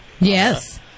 Yes